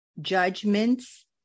judgments